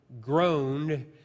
groaned